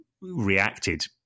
reacted